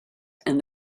and